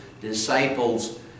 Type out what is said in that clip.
disciples